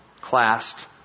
classed